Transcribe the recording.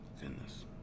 Goodness